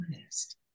honest